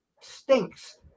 stinks